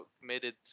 committed